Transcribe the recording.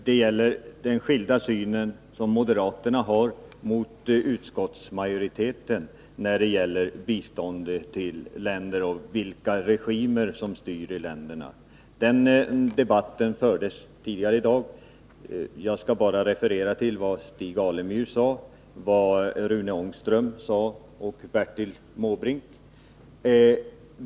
Det gäller moderaternas synsätt, som skiljer sig från utskottsmajoritetens beträffande bistånd till länder och vilka regimer som styr i länderna. Den debatten fördes tidigare i dag. Jag skall bara referera till vad Stig Alemyr, Rune Ångström och Bertil Måbrink sade.